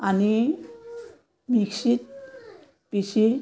আনি মিক্সিত পিছি